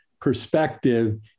perspective